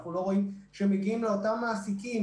אנחנו לא רואים שמגיעים לאותם מעסיקים